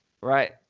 Right